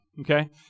okay